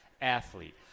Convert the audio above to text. athlete